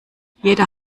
jeder